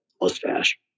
mustache